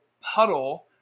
puddle